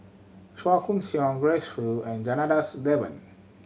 Chua Koon Siong Grace Fu and Janadas Devan